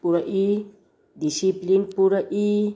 ꯄꯨꯔꯛꯏ ꯗꯤꯁꯤꯄ꯭ꯂꯤꯟ ꯄꯨꯔꯛꯏ